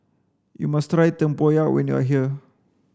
you must try Tempoyak when you are here